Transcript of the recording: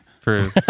True